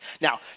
Now